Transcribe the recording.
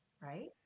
right